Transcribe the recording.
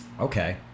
okay